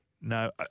No